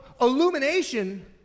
illumination